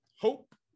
hope